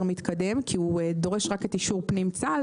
מתקדם כי הוא דורש רק את אישור פנים צה"ל,